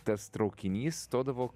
tas traukinys stodavo